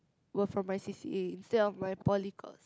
were from my C_C_A instead of my poly cause